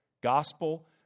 gospel